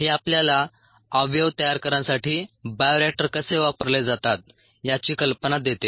हे आपल्याला अवयव तयार करण्यासाठी बायोरिएक्टर कसे वापरले जातात याची कल्पना देते